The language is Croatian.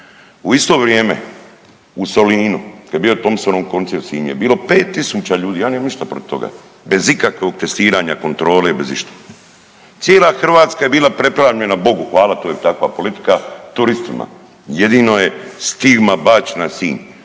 U isto vrijeme u Solinu kad je bio Thompsonov koncert u Sinju bilo 5000 ljudi, ja nemam ništa protiv toga bez ikakvog testiranja, kontrole bez išta. Cijela Hrvatska je bila preplavljena, bogu hvala to je takva politika turistima jedino je stigma bačena na Sinj.